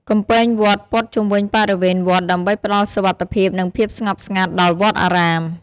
កំពែងវត្តព័ទ្ធជុំវិញបរិវេណវត្តដើម្បីផ្តល់សុវត្ថិភាព និងភាពស្ងប់ស្ងាត់ដល់វត្តអារាម។